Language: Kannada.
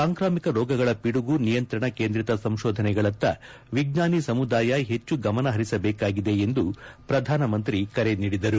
ಸಾಂಕ್ರಾಮಿಕ ರೋಗಗಳ ಪಿದುಗು ನಿಯಂತ್ರಣ ಕೇಂದ್ರಿತ ಸಂಶೋಧನೆಗಳತ್ತ ವಿಜ್ಞಾನಿ ಸಮುದಾಯ ಹೆಚ್ಚು ಗಮನಹರಿಸಬೇಕಾಗಿದೆ ಎಂದು ಪ್ರಧಾನಿ ಕರೆ ನೀಡಿದರು